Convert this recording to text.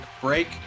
break